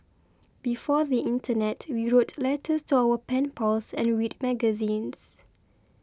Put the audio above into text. before the internet we wrote letters to our pen pals and read magazines